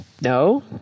No